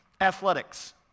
athletics